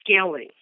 scaling